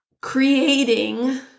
creating